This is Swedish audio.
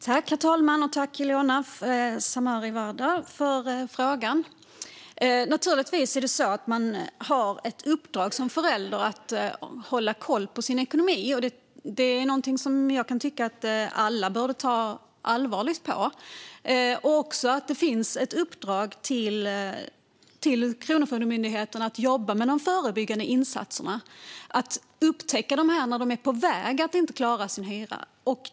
Herr talman! Tack, Ilona Szatmári Waldau, för frågan! Naturligtvis är det så att man har ett uppdrag som förälder att hålla koll på sin ekonomi. Det är något som jag tycker att alla borde ta allvarligt på. Det finns också ett uppdrag till Kronofogdemyndigheten att jobba med de förbyggande insatserna och att upptäcka dessa personer när de är på väg att inte klara sin hyra.